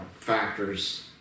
factors